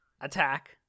attack